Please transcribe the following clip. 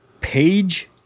page